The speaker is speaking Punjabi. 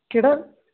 ਕਿਹੜਾ